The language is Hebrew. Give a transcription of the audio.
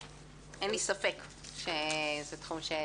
אין לי ספק שתקדמו את התחום הזה.